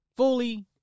Fully